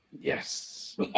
yes